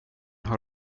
har